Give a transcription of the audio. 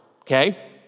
okay